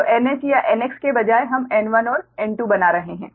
तो NH या NX के बजाय हम N1 और N2 बना रहे हैं